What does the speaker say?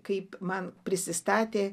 kaip man prisistatė